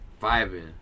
vibing